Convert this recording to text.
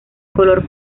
color